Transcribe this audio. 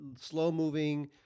slow-moving